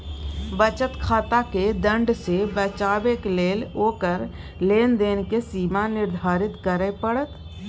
बचत खाताकेँ दण्ड सँ बचेबाक लेल ओकर लेन देनक सीमा निर्धारित करय पड़त